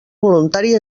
voluntari